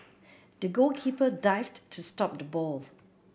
the goalkeeper dived to stop the ball